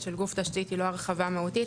של גוף תשתית היא לא הרחבה מהותית,